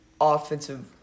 offensive